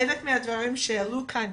חלק מהדברים שהועלו כאן,